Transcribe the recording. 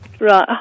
Right